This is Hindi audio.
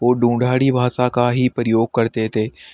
और ढूंढाड़ी भाषा का ही प्रयोग करते थे